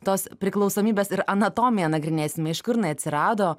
tos priklausomybės ir anatomiją nagrinėsime iš kur jinai atsirado